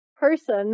person